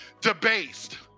debased